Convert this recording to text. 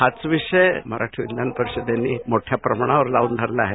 हाच विषय मराठी विज्ञान परिषदेने मोठ्या प्रमाणावर लावून धरला आहे